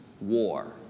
war